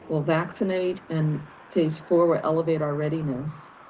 we'll vaccinate. and phase four, we'll elevate our readiness.